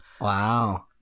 Wow